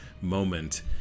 moment